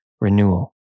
renewal